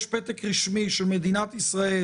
יש פתק רשמי של מדינת ישראל: